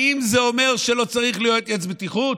האם זה אומר שלא צריך להיות יועץ בטיחות?